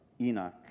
Enoch